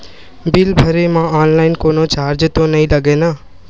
Bill भरे मा online कोनो चार्ज तो नई लागे ना?